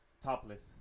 topless